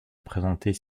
présentés